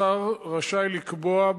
השר רשאי לקבוע,